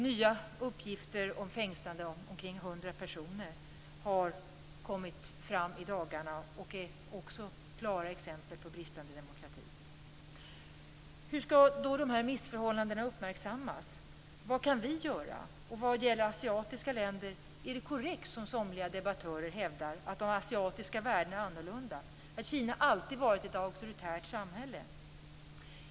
Nya uppgifter om fängslande av omkring 100 personer har kommit fram i dagarna och är också klara exempel på bristande demokrati. Hur skall då de här missförhållandena uppmärksammas? Vad kan vi göra? Och vad gäller de asiatiska länderna: Är det korrekt som somliga debattörer hävdar att de asiatiska värdena är annorlunda och att Kina alltid varit ett auktoritärt samhälle?